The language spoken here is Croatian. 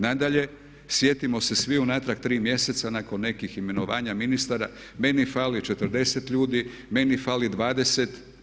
Nadalje, sjetimo se svi unatrag 3 mjeseca nakon nekih imenovanja ministara meni fali 40 ljudi, meni fali 20.